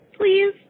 Please